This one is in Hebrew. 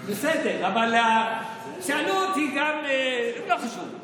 בסדר, אבל שאלו אותי גם, לא חשוב.